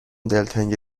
دلتنگ